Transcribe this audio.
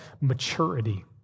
maturity